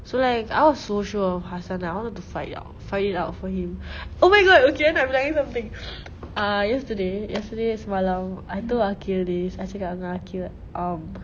so like I was so sure of hassan ah I wanted to fight it out fight it out for him oh my god okay I nak bilang you something ah yesterday yesterday semalam I told aqil this I say I cakap dengan aqil um